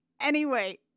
Anyway-